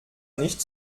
nicht